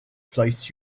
placed